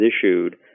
issued